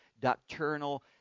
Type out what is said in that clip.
doctrinal